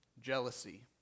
jealousy